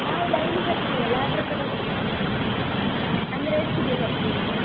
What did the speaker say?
ನಾವು ಡೈಲಿ ಬರ್ತೇವಲ್ಲ ಆದರೂ ಕೂಡ ಅಂದರೆ ಎಷ್ಟಿಗೆ ಕೊಡ್ತೀರಿ ನೀವು